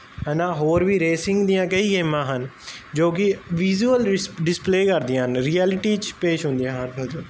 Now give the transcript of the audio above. ਹਨਾ ਹੋਰ ਵੀ ਰੇਸਿੰਗ ਦੀਆਂ ਕਈ ਗੇਮਾਂ ਹਨ ਜੋ ਕਿ ਵਿਜੂਅਲ ਰਿਸ ਡਿਸਪਲੇ ਕਰਦੀਆਂ ਰਿਐਲਿਟੀ 'ਚ ਪੇਸ਼ ਹੁੰਦੀਆਂ ਹਨ